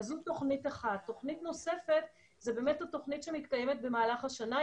תוכנית נוספת זה התוכנית שמתקיימת במהלך השנה,